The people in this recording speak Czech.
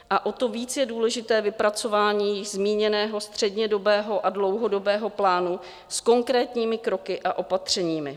A o to víc je důležité vypracování již zmíněného střednědobého a dlouhodobého plánu s konkrétními kroky a opatřeními.